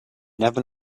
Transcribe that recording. never